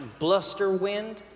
Blusterwind